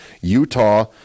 Utah